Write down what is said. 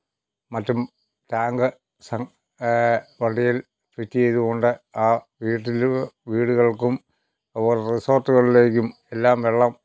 മറ്റും ടാങ്ക് സം വണ്ടിയിൽ ഫിറ്റെയ്തുകൊണ്ട് ആ വീട്ടിലു വീടുകൾക്കും അത് പോലെ റിസോർട്ടുകളിലേക്കും എല്ലാം വെള്ളം